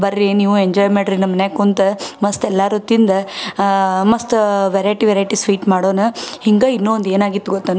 ಬರ್ರಿ ನೀವು ಎಂಜಾಯ್ ಮಾಡ್ರಿ ನಮ್ಮ ಮನ್ಯಾಗ ಕುಂತು ಮಸ್ತ್ ಎಲ್ಲರೂ ತಿಂದು ಮಸ್ತ ವೆರೈಟಿ ವೆರೈಟಿ ಸ್ವೀಟ್ ಮಾಡೋಣ ಹಿಂಗೆ ಇನ್ನೂ ಒಂದು ಏನಾಗಿತ್ತು ಗೊತ್ತೇನು